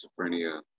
schizophrenia